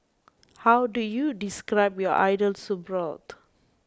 how do you describe your ideal soup broth